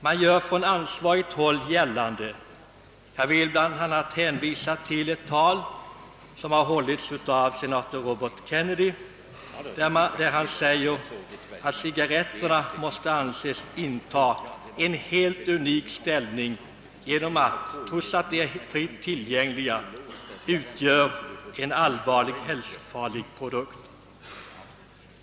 Det görs från ansvarigt håll gällande, jag vill bl.a. hänvisa till ett tal som hållits av senator Robert Kennedy, att cigarretterna måste anses inta en helt unik ställning, då de trots att de är fritt tillgängliga utgör en allvarligt hälsofarlig produkt.